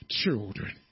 children